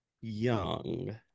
young